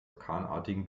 orkanartigen